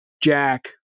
Jack